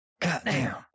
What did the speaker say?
Goddamn